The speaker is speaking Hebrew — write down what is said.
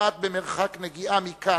שכמעט במרחק נגיעה מכאן,